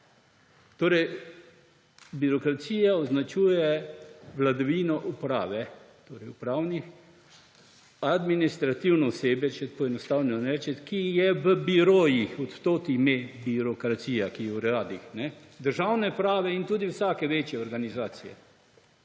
Torej, birokracija označuje vladavino uprave, torej upravno, administrativno osebje, če poenostavljeno rečem, ki je v birojih – od tod ime birokracija – ki je v uradih državne uprave in tudi vsake večje organizacije.